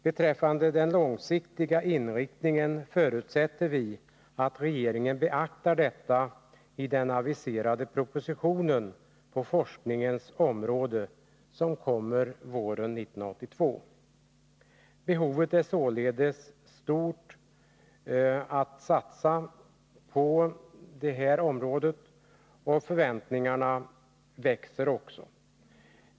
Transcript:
Beträffande den långsiktiga inriktningen förutsätter vi att regeringen beaktar detta i den aviserade proposition på forskningens område som kommer våren 1982. Behovet av att satsa på det här området är således stort, och förväntningarna växer också.